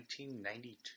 1992